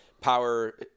power